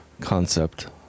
concept